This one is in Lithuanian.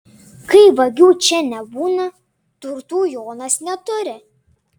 kai vagių čia nebūna turtų jonas neturi